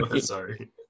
sorry